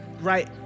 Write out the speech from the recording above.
right